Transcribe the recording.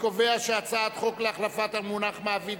ההצעה להעביר את הצעת חוק להחלפת המונח מעביד